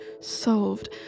solved